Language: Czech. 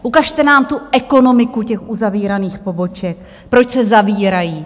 Ukažte nám tu ekonomiku těch uzavíraných poboček, proč se zavírají.